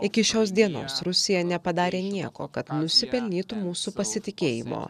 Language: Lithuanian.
iki šios dienos rusija nepadarė nieko kad nusipelnytų mūsų pasitikėjimo